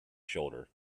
shoulder